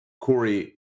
Corey